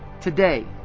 Today